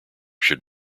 should